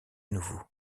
nouveau